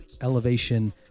elevation